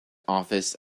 office